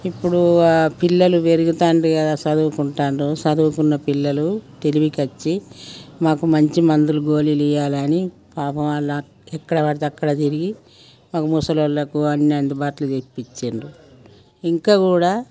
ఇప్పుడు ఆ పిల్లలు పెరుగుతాండ్రు గదా చదువుకుంటాన్రు చదువుకున్న పిల్లలు తెలివికి వచ్చి మాకు మంచి మందులు గోళీలు ఇవ్వాలని పాపం వాళ్ళ ఎక్కడ పడితే అక్కడ తిరిగి మాకు ముసలి వాళ్ళకి అన్నీ అందుబాటులోకి తెప్పించిండ్రు ఇంకా కూడా